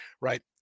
right